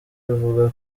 avuga